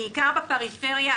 בעיקר בפריפריה,